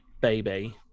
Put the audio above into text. baby